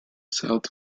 south